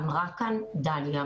אמרה כאן דליה,